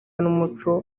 n’umuco